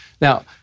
now